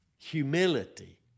Humility